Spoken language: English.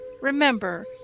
Remember